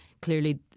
clearly